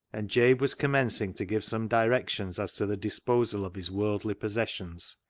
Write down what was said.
and jabe was commencing to give some directions as to the disposal of his worldly possessions,